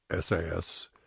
SAS